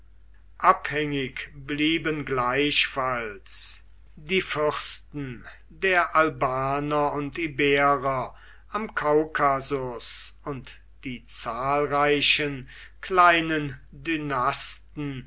abhängig blieben gleichfalls die fürsten der albaner und iberer am kaukasus und die zahlreichen kleinen